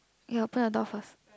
you open the door first